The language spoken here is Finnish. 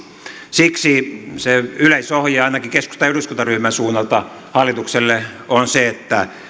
siksi se yleisohje ainakin keskustan eduskuntaryhmän suunnalta hallitukselle on se että